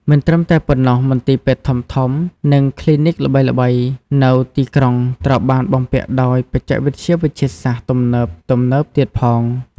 មិនត្រឹមតែប៉ុណ្ណោះ មន្ទីរពេទ្យធំៗ និងគ្លីនិកល្បីៗនៅទីក្រុងត្រូវបានបំពាក់ដោយ បច្ចេកវិទ្យាវេជ្ជសាស្ត្រទំនើបៗទៀតផង។